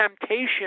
temptation